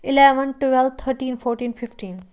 eleven twelve thirteen fourteen fifteen